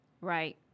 right